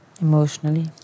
Emotionally